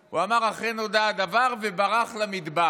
הוא אמר: "אכן נודע הדבר" וברח למדבר.